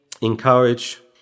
encourage